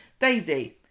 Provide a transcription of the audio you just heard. Daisy